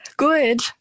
Good